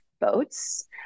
boats